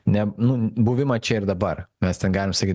ne nu buvimą čia ir dabar mes ten galim sakyt